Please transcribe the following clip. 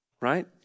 right